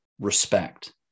respect